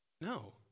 No